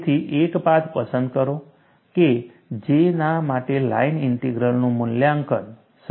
તેથી એક પાથ પસંદ કરો કે J ના માટે લાઇન ઇન્ટિગ્રલનું મૂલ્યાંકન સરળતાથી કરી શકાય